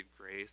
grace